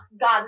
God